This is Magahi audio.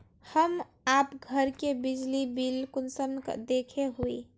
हम आप घर के बिजली बिल कुंसम देखे हुई?